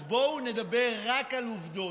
אז בואו נדבר רק על עובדות.